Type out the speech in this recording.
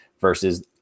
versus